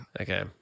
Okay